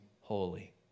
holy